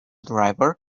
driver